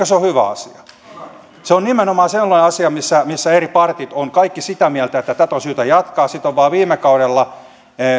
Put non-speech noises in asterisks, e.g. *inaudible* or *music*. *unintelligible* se ole hyvä asia se on nimenomaan sellainen asia missä missä eri partit ovat kaikki sitä mieltä että tätä on syytä jatkaa sitä on vain viime kaudella